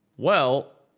well.